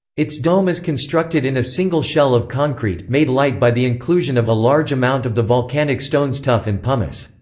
its dome is constructed in a single shell of concrete, made light by the inclusion of a large amount of the volcanic stones tuff and pumice.